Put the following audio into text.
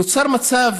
נוצר מצב,